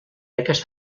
aquest